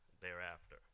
thereafter